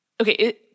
okay